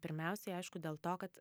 pirmiausiai aišku dėl to kad